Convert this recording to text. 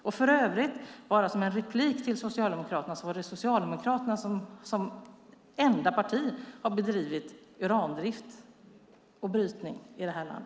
Dessutom vill jag bara som en replik till Socialdemokraterna säga att det är Socialdemokraterna som enda parti som har bedrivit urandrift och uranbrytning i detta land.